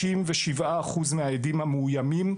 67% מהעדים המאוימים,